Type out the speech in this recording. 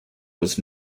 was